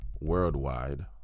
Worldwide